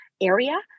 area